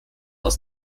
aus